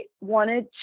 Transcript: wanted